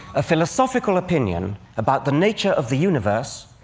a philosophical opinion about the nature of the universe,